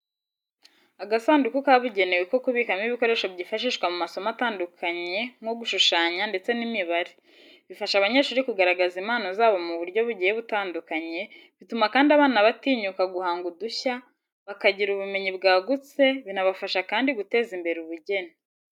Agasanduku kabugenewe ko kubikamo ibikoresho byifashishwa mu masomo atandukanye nko gushushanya ndetse n'imibare. Bifasha abanyeshuri kugaragaza impano zabo mu buryo bugiye butandukanye, bituma kandi abana batinyuka guhanga udushya, bakagira ubumenyi bwagutse, binabafasha kandi guteza imbere ubugeni.